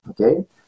Okay